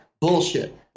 Bullshit